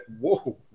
Whoa